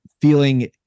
feeling